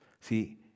See